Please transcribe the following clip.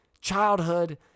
childhood